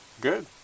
Good